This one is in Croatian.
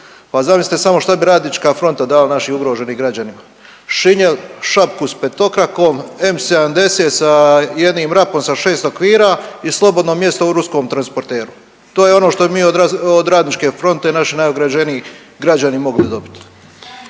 pa zamislite samo šta bi RF dala našim ugroženim građanima, šinjel, šaku s petokrakom, M70 sa jednim rapom sa 6 okvira i slobodno mjesto u ruskom transporteru. To je ono što bi mi od RF-a naši najugroženiji građani mogli dobiti.